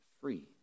free